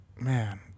man